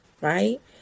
right